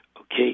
Okay